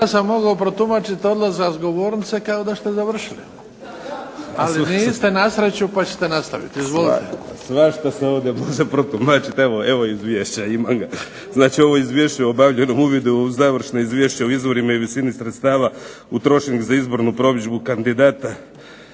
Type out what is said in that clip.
Ja sam mogao protumačiti odlazak s govornice kao da ste završili. Ali niste nasreću pa ćete nastaviti. Izvolite. **Kajin, Damir (IDS)** Različito se ovdje protumačiti. Evo izvješća, ima ga. Znači ovo izvješće o obavljenom uvidu u završno izvješće o izvorima i visini sredstava utrošenih za izbornu promidžbu kandidata